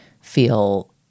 feel